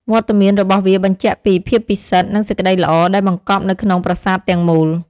វត្តមានរបស់វាបញ្ជាក់ពី ភាពពិសិដ្ឋ និងសេចក្តីល្អ ដែលបង្កប់នៅក្នុងប្រាសាទទាំងមូល។